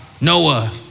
Noah